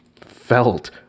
felt